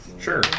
Sure